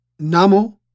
Namo